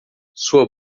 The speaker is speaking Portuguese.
sua